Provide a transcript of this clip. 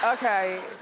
okay.